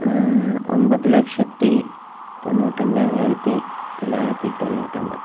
ഒമ്പത് ലക്ഷത്തി തൊണ്ണൂറ്റൊമ്പതിനായിരത്തി തൊള്ളായിരത്തി തൊണ്ണൂറ്റൊമ്പത്